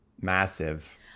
Massive